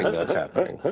that's happening.